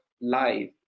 life